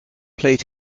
played